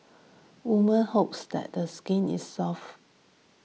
women hopes that skin is soft